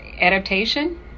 adaptation